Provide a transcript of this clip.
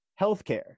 Healthcare